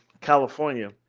california